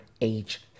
age